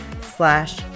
slash